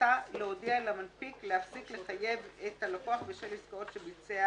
שבכוונתה להודיע למנפיק להפסיק לחייב את הלקוח בשל העסקאות שביצע